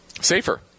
safer